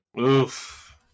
Oof